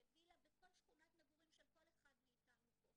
וילה בכל שכונת מגורים של כל אחד מאיתנו פה.